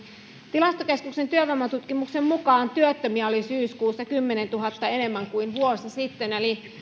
tilastokeskuksen työvoimatutkimuksen mukaan työttömiä oli syyskuussa kymmenentuhannen enemmän kuin vuosi sitten eli